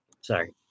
sorry